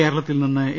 കേരളത്തിൽനിനിന്ന് A